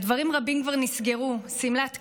ודברים רבים כבר נסגרו: שמלת כלה,